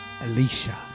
alicia